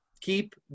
Keep